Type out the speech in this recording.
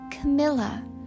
Camilla